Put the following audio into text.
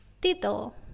Title